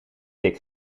dik